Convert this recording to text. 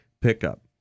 pickup